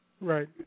Right